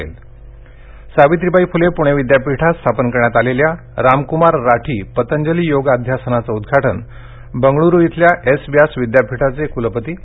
योग अध्यासन सावित्रीबाई फुले पुणे विद्यापीठात स्थापन करण्यात आलेल्या रामकुमार राठी पतंजली योग अध्यासना चं उद्घाटन बंगळुरू इथल्या एस व्यास विद्यापीठाचे कुलपती डॉ